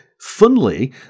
funnily